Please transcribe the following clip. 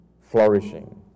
flourishing